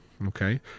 Okay